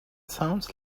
sounds